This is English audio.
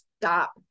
stop